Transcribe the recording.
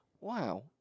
Wow